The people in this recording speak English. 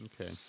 Okay